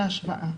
בחודשי ההשוואה".